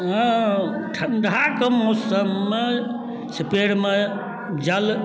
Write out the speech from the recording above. अऽ ठण्डाके मौसममे से पेड़मे जल